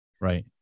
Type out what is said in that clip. right